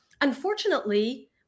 unfortunately